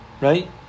Right